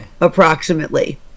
approximately